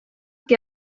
que